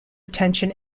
attention